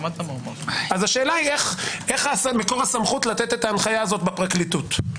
אז השאלה איך מקור הסמכות לתת את ההנחיה הזאת בפרקליטות.